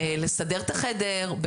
בלסדר את החדר,